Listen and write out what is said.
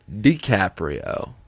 DiCaprio